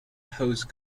hose